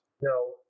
No